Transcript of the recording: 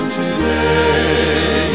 today